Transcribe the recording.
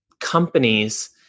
companies